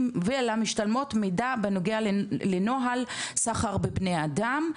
ולמשתלמות מידע בנוגע לנוהל סחר בבני אדם.